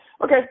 Okay